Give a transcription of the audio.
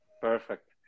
Perfect